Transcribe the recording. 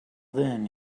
then